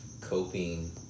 coping